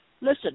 Listen